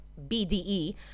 BDE